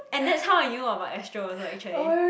and that's how I knew about Astro also actually